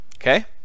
Okay